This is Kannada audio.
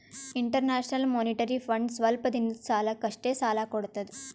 ಇಂಟರ್ನ್ಯಾಷನಲ್ ಮೋನಿಟರಿ ಫಂಡ್ ಸ್ವಲ್ಪ್ ದಿನದ್ ಸಲಾಕ್ ಅಷ್ಟೇ ಸಾಲಾ ಕೊಡ್ತದ್